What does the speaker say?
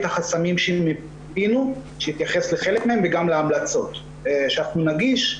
החסמים שמיפינו שאתייחס לחלק מהם וגם להמלצות שנגיש,